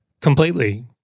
Completely